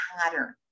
pattern